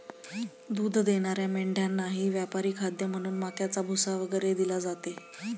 दूध देणाऱ्या मेंढ्यांनाही व्यापारी खाद्य म्हणून मक्याचा भुसा वगैरे दिले जाते